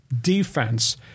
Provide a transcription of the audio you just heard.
defense